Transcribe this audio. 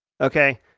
Okay